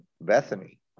Bethany